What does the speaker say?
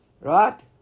right